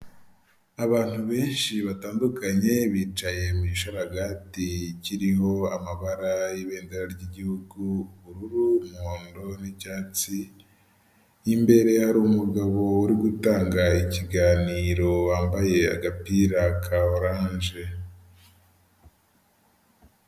Abantu benshi batandukanye bicaye musharagati kiriho amabara y'ibendera ry'igihugu, ubururu, umuhondo n'icyatsi, imbere hari umugabo uri gutanga ikiganiro wambaye agapira ka oranje.